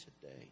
today